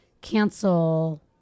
cancel